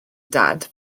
dad